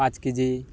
ᱯᱟᱸᱪ ᱠᱮᱡᱤ